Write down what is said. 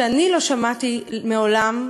שאני לא שמעתי מעולם,